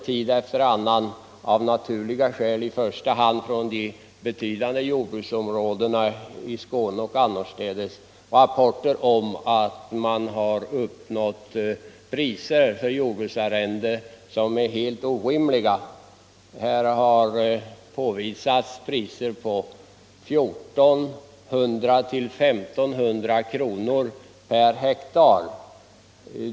Tid efter annan kommer det — av naturliga skäl i första hand från de betydande jordbruksområdena i Skåne och annorstädes — rapporter om att man uppnått priser för jordbruksarrenden som är helt orimliga. Det har förekommit priser på 1 400 å 1 500 kronor per hektar.